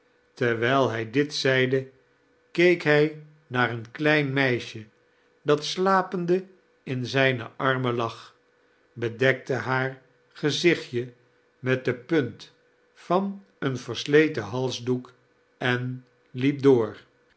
terwijl hij dit zeide keek hij naar een klein meisje dat slapende in zijne armen lag bedekte haar gezichtje met de punt van een versleten halsdoek en liep door